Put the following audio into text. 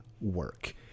work